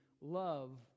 love